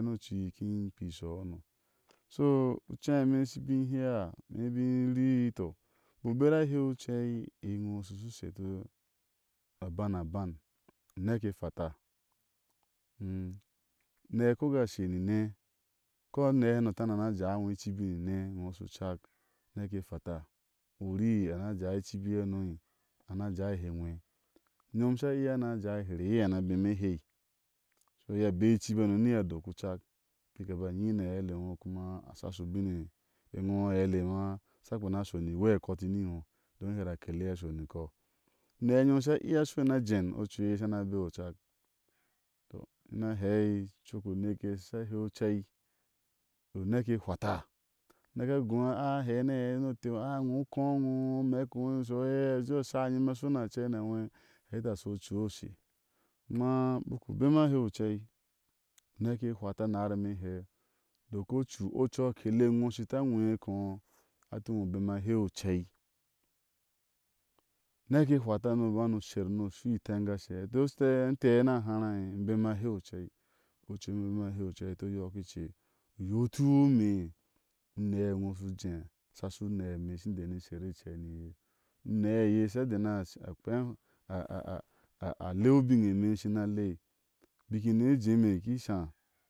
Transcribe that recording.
No ni o ocui in ki keai e shiɔuhɔno so, ucɛi ime ish ba bikhɛ a ni bi ri tɔ u bik u bera a hɛau ocei e ino shi shu sheta aban aban, u neke i fata une ko a ka she nine ko a une a tana na jaai ino uibi ni ne ino shu cak unɛke afata. u rii ana jaaiwi icibi hana ana jaai hɛi inwe? Nyom a sha iya ana jaai heri iye ana abeme ihɛi so iye beai icibi hano ni iye adok u cak bik. a ba nyi ni aaeile ino kuma asha shi u e ŋo aɛile ma asha kpeni a shɔni iwei aakkɔti ni ino domin hɛria a kele iye a shɔri kɔɔ unɛ nyom asha iya a shɔi ni a jen ocui iye a shena be ocak tɔ ina hea coko oneke iye ashi she heauo ucɛi tɔ u nɛke ihuwa ta u neke ago a a hɛɛ ni aɛi ni oteu a ino u koo omɛk ino ishɔ ue u je osha e nyime a shania nwe uheeti ashiu ocui ushe kuma u bik u bemu a heu ocei uneke ihwata naharke ime ihe u dok ocu ocu akele ino shi ta nweko ato ino ubema a hɛiu ocɛi. neke eihuwata. ni u bani usher ni u shu heengashe uheeti e intee ni a hara e im bema a hei u ocei ocu ime imbema a hei o ocɛi oto yɔki ice uyo tikime unɛ iŋo u shiu je asha shiu uneme in shi u je asha shiu unemi in shi deri isher icer niiye une iya a sha dena a kpea anf aaa le u bine imeishina le. ibik inne je me ki shaá